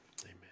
Amen